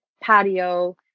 patio